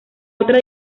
otra